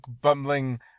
bumbling